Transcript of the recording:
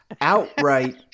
outright